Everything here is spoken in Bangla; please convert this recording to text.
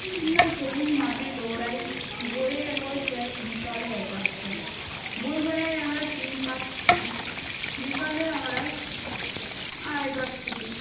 আমরা সবুজ মাঠে দৌড়াই ভোরে একবার যাই বিকালে একবার যাই ভোরবেলায় আমরা তিন পাক ছুটি বিকালে আমরা আড়াই পাক ছুটি